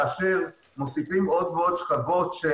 אני חושב שבסך הכול כאשר מוסיפים עוד ועוד שכבות של